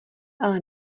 ale